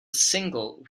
single